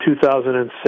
2006